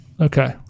Okay